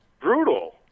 brutal